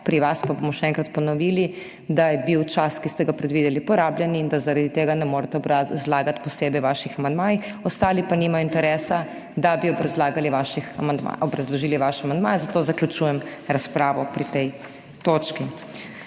Pri vas pa bomo še enkrat ponovili, da je bil čas, ki ste ga predvideli, porabljen in da zaradi tega ne morete razlagati posebej o svojih amandmajih, ostali pa nimajo interesa, da bi obrazložili vaše amandmaje, zato zaključujem razpravo pri tej točki.